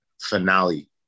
finale